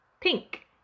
Pink